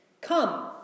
Come